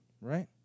right